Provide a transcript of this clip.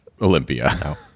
Olympia